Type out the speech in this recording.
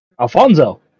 Alfonso